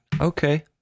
Okay